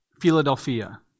Philadelphia